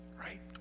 right